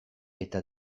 eta